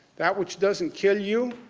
that which doesn't kill you,